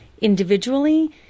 individually